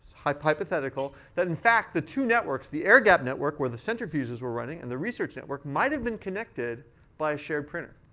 hypothetical, that in fact, the two networks, the air-gapped network, where the centrifuges were running, and the research network, might have been connected by a shared printer.